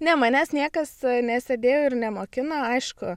ne manęs niekas nesėdėjo ir nemokino aišku